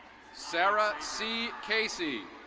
sara c casey.